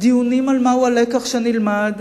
דיונים על הלקח שנלמד,